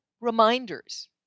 reminders